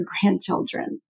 grandchildren